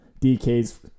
DK's